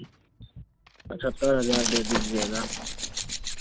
पचहत्तर हज़ार दे दीजिएगा